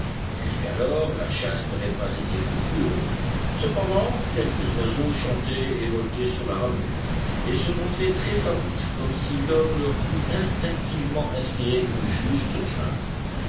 jusqu'alors la chasse n'avait pas été fructueuse cependant quelques oiseaux chantaient et voletaient sous la ramure et se montraient très farouches comme si l'homme leur eût instinctivement inspiré une juste crainte